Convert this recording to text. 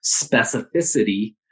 specificity